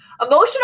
Emotional